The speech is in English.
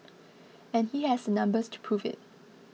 and he has the numbers to prove it